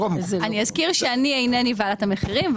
אני אזכיר שאני אינני ועדת המחירים.